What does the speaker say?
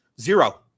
Zero